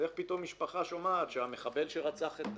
ואיך פתאום משפחה שומעת שהמחבל שרצח את